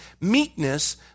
meekness